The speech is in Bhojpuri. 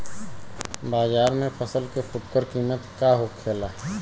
बाजार में फसल के फुटकर कीमत का होखेला?